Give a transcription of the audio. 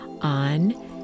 on